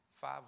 Five